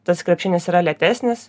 tas krepšinis yra lėtesnis